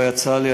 לא יצא לי,